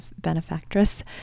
benefactress